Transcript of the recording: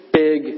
big